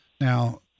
Now